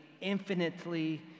infinitely